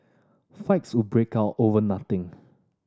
fights would break out over nothing